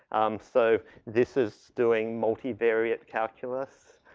um, so this is doing multivariate calculus.